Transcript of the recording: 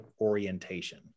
orientation